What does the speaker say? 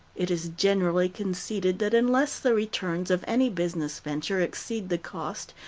it is generally conceded that unless the returns of any business venture exceed the cost,